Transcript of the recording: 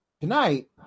tonight